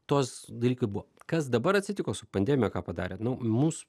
tos dalykai buvo kas dabar atsitiko su pandemija ką padarė nu mūs